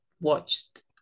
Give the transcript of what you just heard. watched